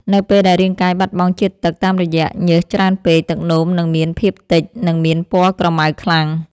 នៅពេលដែលរាងកាយបាត់បង់ជាតិទឹកតាមរយៈញើសច្រើនពេក ទឹកនោមនឹងមានសភាពតិច និងមានពណ៌ក្រមៅខ្លាំង។